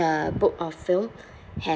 the book or film